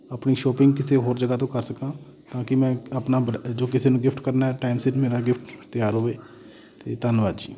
ਆਪਣੀ ਸ਼ੋਪਿੰਗ ਕਿਸੇ ਹੋਰ ਜਗ੍ਹਾ ਤੋਂ ਕਰ ਸਕਾਂ ਤਾਂ ਕਿ ਮੈਂ ਆਪਣਾ ਬਲ ਜੋ ਕਿਸੇ ਨੂੰ ਗਿਫਟ ਕਰਨਾ ਟਾਈਮ ਸਿਰ ਮੇਰਾ ਗਿਫਟ ਤਿਆਰ ਹੋਵੇ ਅਤੇ ਧੰਨਵਾਦ ਜੀ